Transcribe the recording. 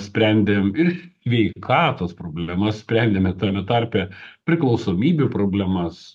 sprendėm ir sveikatos problemas sprendėme tame tarpe priklausomybių problemas